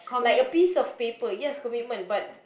like a piece of paper commitment yes commitment but